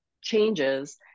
changes